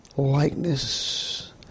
Likeness